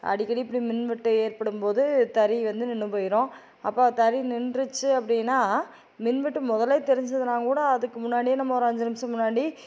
அடிக்கடி இப்படி மின் வெட்டு ஏற்படும் போது தறி வந்து நின்று போயிரும் அப்போ தறி நின்றுச்சு அப்படினா மின் வெட்டு முதலையே தெரிஞ்சதுனா கூட அதுக்கு முன்னாடியே நம்ம ஒரு அஞ்சு நிமிடம் முன்னாடி